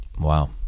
Wow